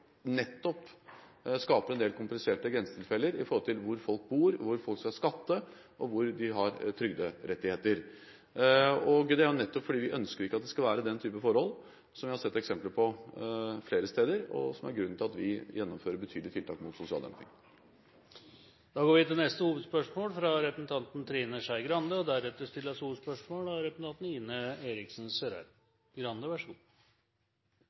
nettopp skaper en del kompliserte grensetilfeller med hensyn til hvor folk bor, hvor folk skal skatte, og hvor de har trygderettigheter. Det er fordi vi ikke ønsker den type forhold som vi har sett eksempler på flere steder, og som er grunnen til at vi gjennomfører betydelige tiltak mot sosial dumping. Vi går til neste hovedspørsmål. Vi har tidligere hørt fra statsministeren at basseng skal fylles opp. Vi har sett i programmene til regjeringspartiene at man f.eks. er for elleve måneders studiestøtte, mens man når man setter seg ned og